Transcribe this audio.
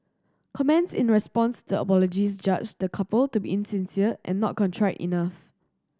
comments in response to apologies judged the couple to be insincere and not contrite enough